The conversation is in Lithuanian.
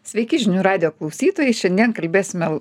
sveiki žinių radijo klausytojai šiandien kalbėsime